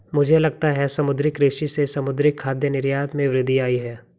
मुझे लगता है समुद्री कृषि से समुद्री खाद्य निर्यात में वृद्धि आयी है